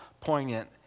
poignant